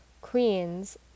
queens